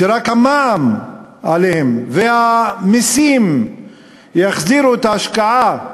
שרק המסים והמע"מ עליהם יחזירו את ההשקעה,